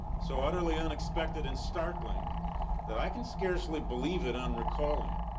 so utterly unexpected and startling that i can scarcely believe it on recalling it,